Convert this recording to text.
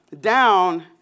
down